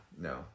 no